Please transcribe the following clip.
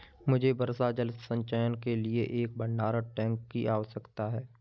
मुझे वर्षा जल संचयन के लिए एक भंडारण टैंक की आवश्यकता है